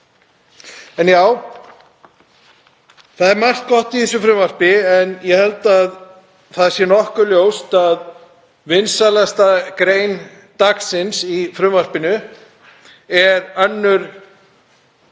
Það er margt gott í frumvarpinu en ég held að það sé nokkuð ljóst að vinsælasta grein dagsins í frumvarpinu er b-liður